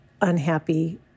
unhappy